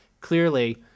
Clearly